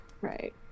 Right